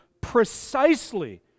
precisely